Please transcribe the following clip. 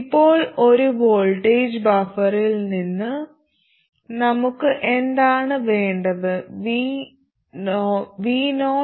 ഇപ്പോൾ ഒരു വോൾട്ടേജ് ബഫറിൽ നിന്ന് നമുക്ക് എന്താണ് വേണ്ടത് vovi